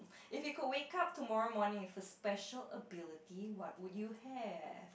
if you could wake up tomorrow morning with a special ability what would you have